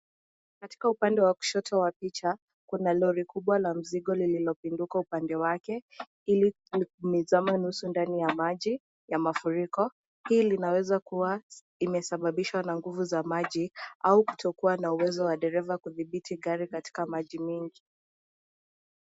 Katika upande wa kushoto wa picha, kuna lori kubwa la mzigo lililopinduka upande wake ili imezama nusu ndani ya maji ya mafuriko. Hii linaweza kuwa limesababishwa na nguvu za maji au kutokuwa na uwezo wa dereza kuthidibiti gari katika maji mengi.